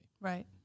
Right